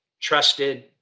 trusted